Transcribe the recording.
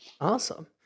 Awesome